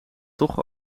toch